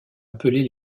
appeler